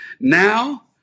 Now